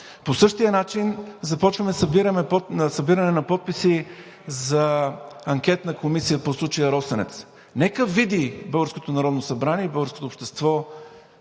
По същия начин започваме събиране на подписи за анкетна комисия по случая „Росенец“. Нека види българското Народно